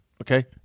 okay